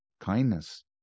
kindness